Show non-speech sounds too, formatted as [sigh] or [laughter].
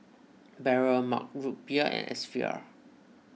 Barrel Mug Root Beer and [noise] S V R